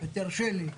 תרשה לי.